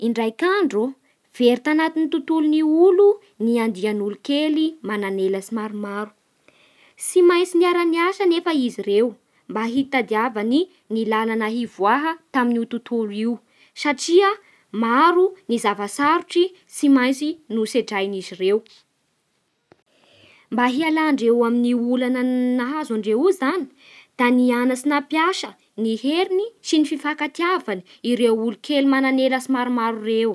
Indraiky andro, very tanaty tontolon'ny olo ny andian'olokely manan'elatsy maromaro, tsy maintsy miara miasa nefa izy ireo mba hitadiavany ny lalana hivoaha tamin'io tontolo io, satria maro ny zavatsarotsy tsy maintsy nosedran'izy ireo Mba hialandreo amin'ny olana nahazo andreo io zany, da nianatsy nampiasa ny heriny sy ny fifankatiavany ireo olokely mana elatsy maromaro reo